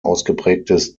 ausgeprägtes